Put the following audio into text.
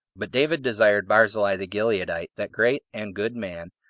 but david desired barzillai the gileadite, that great and good man,